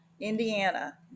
Indiana